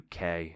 UK